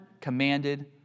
commanded